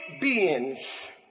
beings